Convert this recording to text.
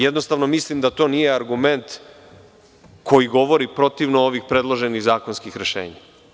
Jednostavno mislim da to nije argument koji govori protivno ovim predloženim zakonskim rešenjima.